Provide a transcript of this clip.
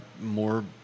more